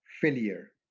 failure